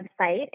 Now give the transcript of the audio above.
website